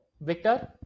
Victor